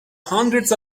hundreds